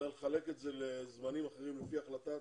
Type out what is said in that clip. אלא לחלק את זה לזמנים אחרים לפי החלטת